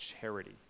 charity